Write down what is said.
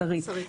שרית,